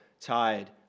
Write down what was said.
tired